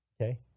Okay